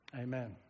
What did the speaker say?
Amen